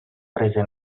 prese